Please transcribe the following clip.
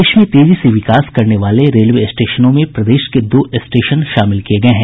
देश में तेजी से विकास करने वाले रेलवे स्टेशनों में प्रदेश के दो स्टेशन शामिल किये गये हैं